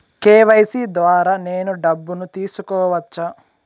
KYC ద్వారా నేను డబ్బును తీసుకోవచ్చా?